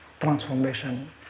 transformation